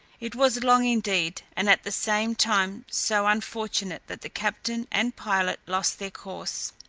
it was long indeed and at the same time so unfortunate, that the captain and pilot lost their course.